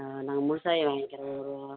ஆ நாங்கள் முழுசாவே வாங்கிக்கிறோம் ஒரு